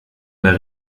mehr